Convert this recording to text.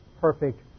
perfect